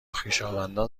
خویشاوندان